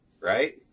Right